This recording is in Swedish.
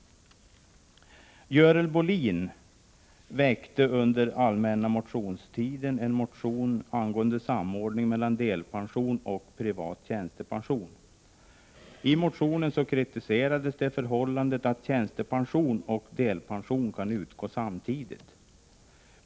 Görel Bohlin väckte under allmänna motionstiden en motion angående samordning mellan delpension och privat tjänstepension. I motionen kritiserades det förhållandet att tjänstepension och delpension kan utgå samtidigt.